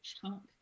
chunk